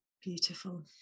beautiful